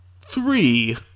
three